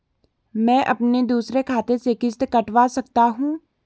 मैं अपने दूसरे खाते से किश्त कटवा सकता हूँ?